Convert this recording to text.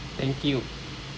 thank you